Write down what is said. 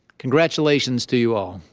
congratulations to you all.